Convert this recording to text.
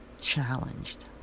challenged